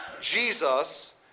Jesus